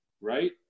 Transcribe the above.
right